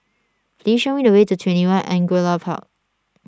please show me the way to twenty one Angullia Park